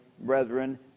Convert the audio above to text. brethren